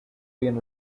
been